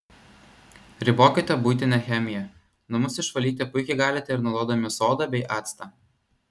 ribokite buitinę chemiją namus išvalyti puikiai galite ir naudodami sodą bei actą